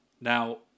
Now